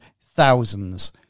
thousands